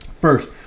First